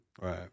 Right